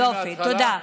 יופי, תודה.